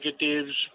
negatives